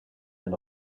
den